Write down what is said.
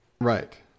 Right